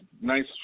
nice